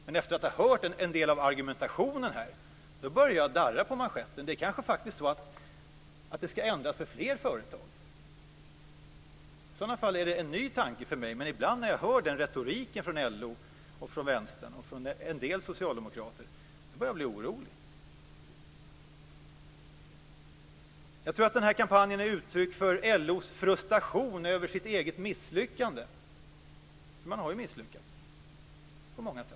Men efter att ha hört en del av argumenationen här börjar jag darra på manschetten. Det kanske faktiskt är så att det skall ändras för fler företag. I sådana fall är det en ny tanke för mig. Men ibland när jag hör den retoriken från LO, från Vänsterpartiet och från en del socialdemokrater börjar jag bli orolig. Jag tror att denna kampanj är uttryck för LO:s frustration över sitt eget misslyckande. Man har ju misslyckats på många sätt.